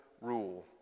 rule